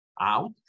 out